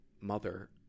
mother